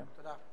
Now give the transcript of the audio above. תודה.